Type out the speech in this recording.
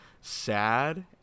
sad